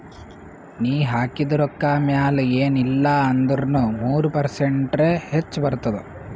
ನೀ ಹಾಕಿದು ರೊಕ್ಕಾ ಮ್ಯಾಲ ಎನ್ ಇಲ್ಲಾ ಅಂದುರ್ನು ಮೂರು ಪರ್ಸೆಂಟ್ರೆ ಹೆಚ್ ಬರ್ತುದ